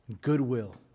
Goodwill